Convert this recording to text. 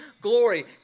glory